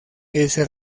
ese